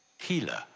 Healer